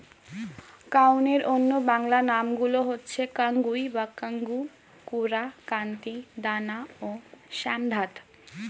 কাউনের অন্য বাংলা নামগুলো হচ্ছে কাঙ্গুই বা কাঙ্গু, কোরা, কান্তি, দানা ও শ্যামধাত